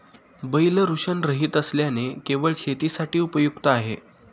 बैल वृषणरहित असल्याने केवळ शेतीसाठी उपयुक्त आहे